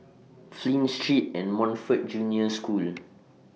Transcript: Flint Street and Montfort Junior School